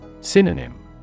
Synonym